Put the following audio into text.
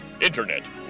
Internet